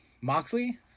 Moxley